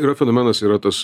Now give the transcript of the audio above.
yra fenomenas yra tas